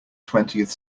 twentieth